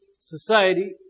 society